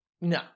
no